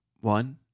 One